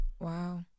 wow